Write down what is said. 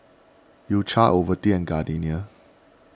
U Cha Ovaltine and Gardenia